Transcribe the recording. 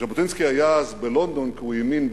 ז'בוטינסקי היה אז בלונדון כי האמין,